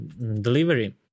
delivery